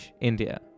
India